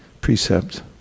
precept